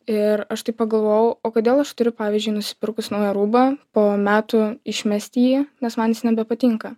ir aš taip pagalvojau o kodėl aš turiu pavyzdžiui nusipirkus naują rūbą po metų išmesti jį nes man jis nebepatinka